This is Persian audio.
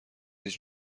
هیچ